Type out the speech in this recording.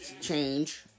change